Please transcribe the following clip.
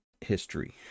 history